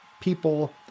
people